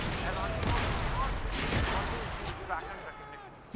as entrepreneurs, you cannot just always do pattern recognition.